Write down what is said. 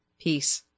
Peace